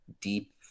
deep